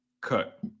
cut